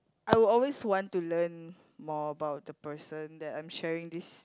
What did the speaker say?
I would always want to learn more about the person that I'm sharing this